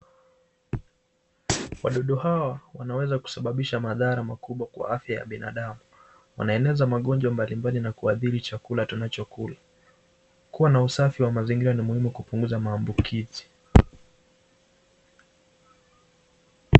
Wadudu hawa wanaweza kusababisha madhara ya afya kwa binadamu, wanaeneza magonjwa mbalimbali na kuathiri chakula tunachokula , kua na usafi wa mazingira ni muhimu kupunguza maambukizi.